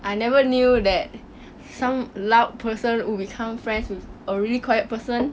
I never knew that some loud person will become friends with a really quiet person